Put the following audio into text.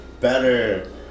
better